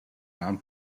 town